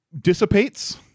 dissipates